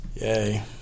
Yay